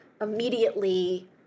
immediately